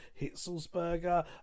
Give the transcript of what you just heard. Hitzelsberger